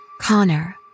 Connor